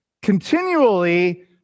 Continually